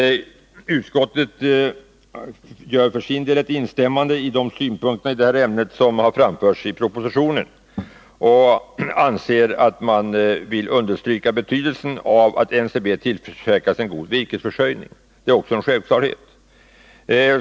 Utskottet gör för sin del ett instämmande i de synpunkter på saken som framförts i propositionen och vill understryka betydelsen av att NCB tillförsäkras en god virkesförsörjning. Det är också en självklarhet.